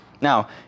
Now